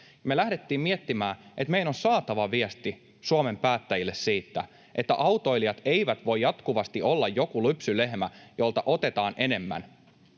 Me lähdettiin miettimään, että meidän on saatava viesti Suomen päättäjille siitä, että autoilijat eivät voi jatkuvasti olla joku lypsylehmä, jolta otetaan enemmän.